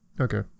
okay